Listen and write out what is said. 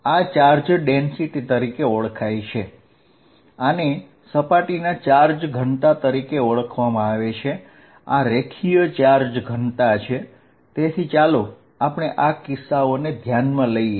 આ charge density તરીકે ઓળખાય છે આ રેખીય ચાર્જ ઘનતા છે આપણે આ કિસ્સાઓને ધ્યાનમાં લઈએ